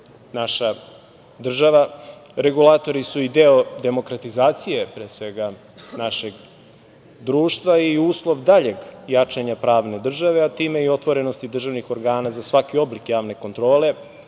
naša država. Regulatori su i deo demokratizacije, pre svega našeg društva i uslov daljeg jačanja pravne države, a time i otvorenosti državnih organa za svaki oblik javne kontrole,